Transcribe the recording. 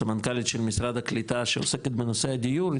סמנכ"לית של משרד הקליטה שעוסקת בנושא הדיור,